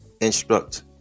instruct